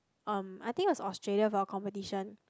um I think it was Australia for a competition